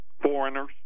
foreigners